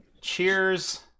Cheers